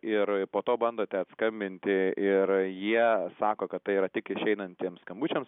ir po to bandote atskambinti ir jie sako kad tai yra tik išeinantiems skambučiams